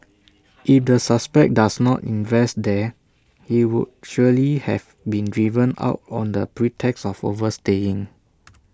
if the suspect does not invest there he would surely have been driven out on the pretext of overstaying